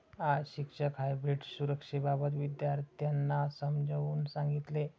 आज शिक्षक हायब्रीड सुरक्षेबाबत विद्यार्थ्यांना समजावून सांगतील